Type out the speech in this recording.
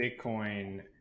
Bitcoin